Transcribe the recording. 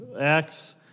Acts